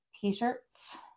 T-shirts